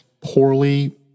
poorly